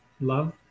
love